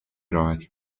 راحتی